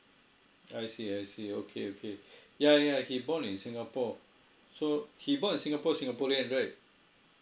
I see I see okay okay yeah yeah he born in singapore so he born in singapore singaporean right